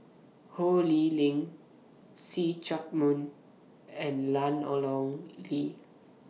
Ho Lee Ling See Chak Mun and Ian Ong Li